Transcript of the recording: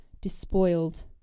despoiled